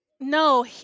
No